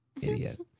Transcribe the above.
idiot